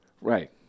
Right